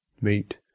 Meet